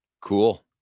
Cool